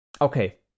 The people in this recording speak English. okay